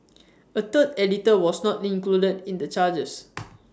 A third editor was not included in the charges